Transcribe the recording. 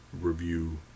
review